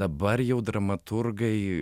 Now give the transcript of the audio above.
dabar jau dramaturgai